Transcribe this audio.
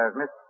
Miss